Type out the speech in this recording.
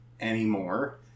anymore